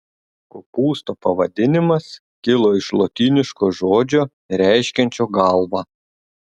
kopūsto pavadinimas kilo iš lotyniško žodžio reiškiančio galvą